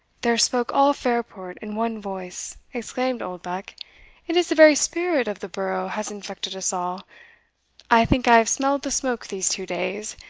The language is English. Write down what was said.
there spoke all fairport in one voice! exclaimed oldbuck it is the very spirit of the borough has infected us all i think i have smelled the smoke these two days,